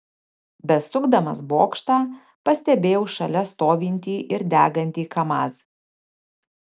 besukdamas bokštą pastebėjau šalia stovintį ir degantį kamaz